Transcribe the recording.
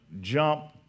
jump